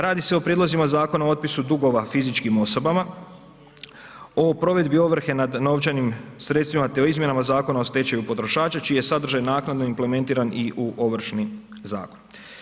Radi se o prijedlozima Zakona o otpisu dugova fizičkim osobama, o provedbi ovrhe nad novčanim sredstvima te o izmjenama Zakona o stečaju potrošača, čiji je sadržaj naknadno implementiran i u Ovršni zakon.